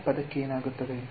ಮೊದಲ ಪದಕ್ಕೆ ಏನಾಗುತ್ತದೆ